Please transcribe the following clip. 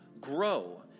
grow